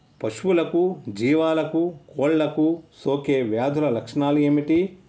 పశువులకు జీవాలకు కోళ్ళకు సోకే వ్యాధుల లక్షణాలు ఏమిటి?